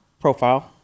profile